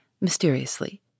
mysteriously